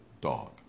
dog